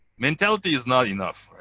mentality is not enough,